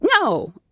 no